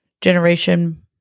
generation